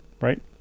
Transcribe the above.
Right